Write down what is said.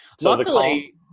Luckily